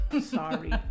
Sorry